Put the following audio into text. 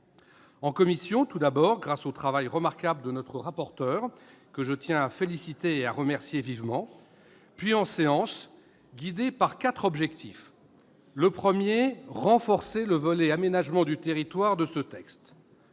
En commission, tout d'abord, grâce au travail remarquable de notre rapporteur, que je tiens à féliciter et à remercier vivement, puis en séance publique, guidés par quatre objectifs : renforcer le volet « aménagement du territoire » de ce texte